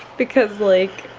because like,